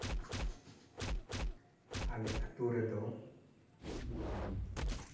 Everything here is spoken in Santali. ᱟᱞᱮ ᱟᱛᱳ ᱨᱮᱫᱚ